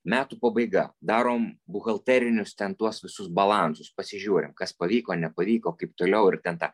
metų pabaiga darom buhalterinius ten tuos visus balansus pasižiūrim kas pavyko nepavyko kaip toliau ir ten tą